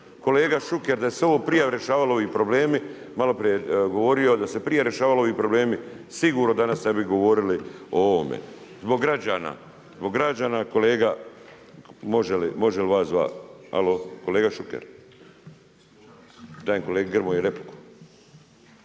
Kolega Šuker, da se ovo prije rješavalo ovi problemi, malo prije je govorio, da se prije rješavali ovi problemi sigurno danas ne bi govorili o ovome. Zbog građana, zbog građana kolega može li vas dva, alo, kolega Šuker. …/Upadica Šuker: